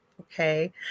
Okay